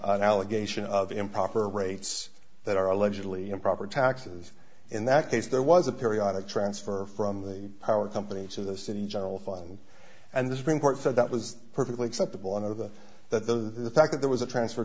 llegation of improper rates that are allegedly improper taxes in that case there was a periodic transfer from the power company to the city general fund and the supreme court said that was perfectly acceptable and other than that though the fact that there was a transfer